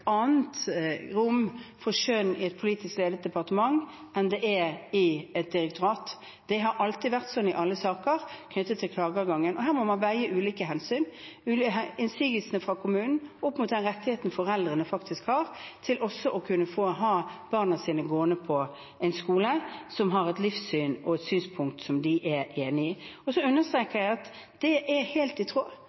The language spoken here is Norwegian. annet rom for skjønn i et politisk ledet departement enn det er i et direktorat. Det har alltid vært sånn i alle saker knyttet til klageadgangen. Her må man se på ulike hensyn og veie innsigelsene fra kommunen opp mot den rettigheten foreldrene faktisk har til også å ha barna sine gående på en skole som har et livssyn og synspunkter som de er enig i. Jeg understreker at det er helt i tråd